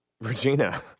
Regina